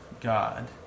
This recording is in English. God